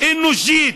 אנושית,